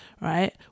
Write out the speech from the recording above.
right